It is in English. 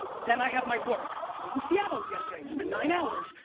then i have my work. i was in seattle yesterday i spent nine hours,